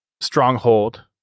stronghold